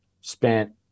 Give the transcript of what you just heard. spent